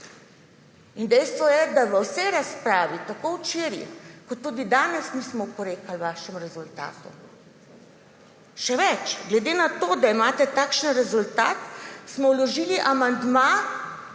In dejstvo je, da v vsej razpravi tako včeraj kot tudi danes nismo oporekali vašemu rezultatu. Še več, glede na to, da imate takšen rezultat, smo vložili amandma,